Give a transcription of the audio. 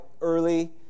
early